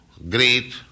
Great